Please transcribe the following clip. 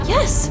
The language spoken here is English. Yes